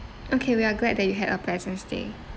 okay we are glad that you had a pleasant stay